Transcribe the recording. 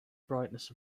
brightness